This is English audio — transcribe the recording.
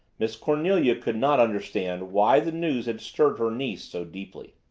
miss cornelia could not understand why the news had stirred her niece so deeply.